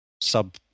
sub-